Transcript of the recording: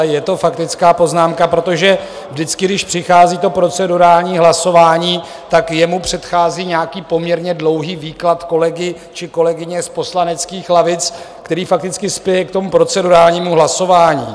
Je to faktická poznámka, protože vždycky, když přichází procedurální hlasování, tak mu předchází nějaký poměrně dlouhý výklad kolegy či kolegyně z poslaneckých lavic, který fakticky spěje k procedurálnímu hlasování.